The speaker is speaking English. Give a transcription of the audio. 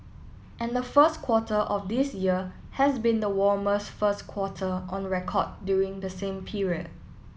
and the first quarter of this year has been the warmest first quarter on record during the same period